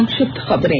संक्षिप्त खबरें